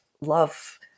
love